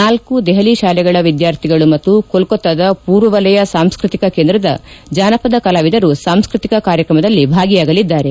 ನಾಲ್ಕು ದೆಹಲಿ ಶಾಲೆಗಳು ವಿದ್ಯಾರ್ಥಿಗಳು ಮತ್ತು ಕೋಲ್ಲೊತಾದ ಪೂರ್ವವಲಯ ಸಾಂಸ್ಲ್ಸತಿಕ ಕೇಂದ್ರದ ಜಾನಪದ ಕಲಾವಿದರು ಸಾಂಸ್ಲ್ಸತಿಕ ಕಾರ್ಯಕ್ರಮದಲ್ಲಿ ಭಾಗಿಯಾಗಲಿದ್ದಾರೆ